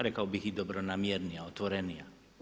Rekao bih i dobronamjernija, otvorenija.